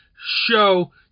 show